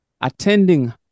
attending